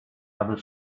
other